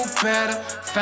better